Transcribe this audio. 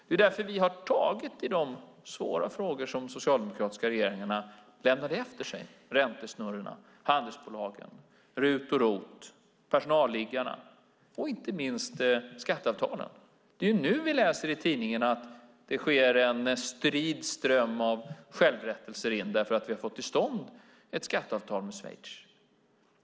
Det är därför vi har tagit i de svåra frågor som de socialdemokratiska regeringarna lämnade efter sig. Det gäller räntesnurrorna, handelsbolagen, RUT och ROT, personalliggarna och inte minst skatteavtalen. Det är nu vi läser i tidningarna att det sker en strid ström av självrättelser därför att vi har fått till stånd ett skatteavtal med Schweiz.